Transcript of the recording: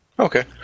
Okay